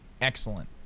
excellent